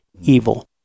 evil